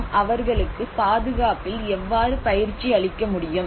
நாம் அவர்களுக்கு பாதுகாப்பில் எவ்வாறு பயிற்சி அளிக்க முடியும்